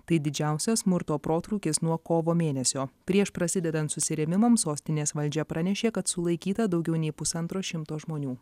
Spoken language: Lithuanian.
tai didžiausias smurto protrūkis nuo kovo mėnesio prieš prasidedant susirėmimams sostinės valdžia pranešė kad sulaikyta daugiau nei pusantro šimto žmonių